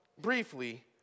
briefly